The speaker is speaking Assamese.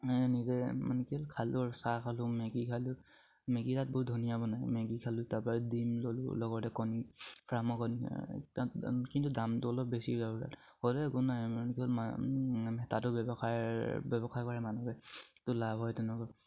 নিজে মানে কি খালোঁ আৰু চাহ খালোঁ মেগী খালোঁ মেগী তাত বহুত ধুনীয়া বনায় মেগী খালোঁ তাৰপা ডিম ল'লোঁ লগতে কণী ফ্ৰামৰ কণী তাত কিন্তু দামটো অলপ বেছি একো নাই কিন্তু তাতো ব্যৱসায় ব্যৱসায় কৰে মানুহে তো লাভ হয় তেনেকুৱা